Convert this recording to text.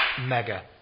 mega